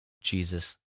Jesus